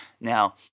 Now